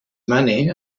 money